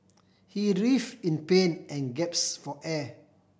he writhe in pain and gaps for air